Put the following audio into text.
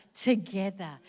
together